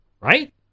Right